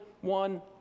one